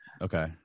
Okay